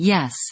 Yes